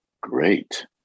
great